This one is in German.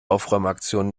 aufräumaktion